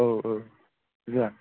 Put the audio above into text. औ औ